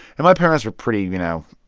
and my parents were pretty, you know,